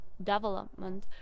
Development